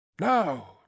now